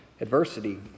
adversity